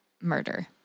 murder